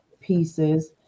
pieces